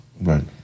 Right